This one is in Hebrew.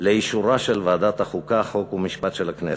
לאישורה של ועדת החוקה, חוק ומשפט של הכנסת.